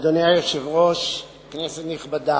אדוני היושב-ראש, כנסת נכבדה,